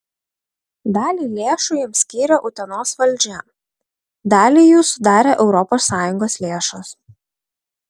dalį lėšų jam skyrė utenos valdžia dalį jų sudarė europos sąjungos lėšos